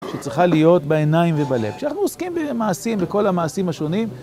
שצריכה להיות בעיניים ובלב. כשאנחנו עוסקים במעשים, בכל המעשים השונים...